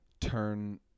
turn